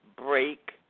break